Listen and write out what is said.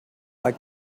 like